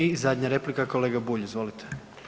I zadnja replika kolega Bulj, izvolite.